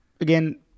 Again